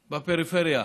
בפריפריה,